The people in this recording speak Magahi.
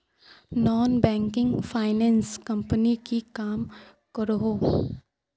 नॉन बैंकिंग फाइनांस कंपनी की काम करोहो?